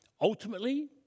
Ultimately